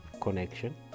Connection